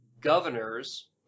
governors